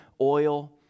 oil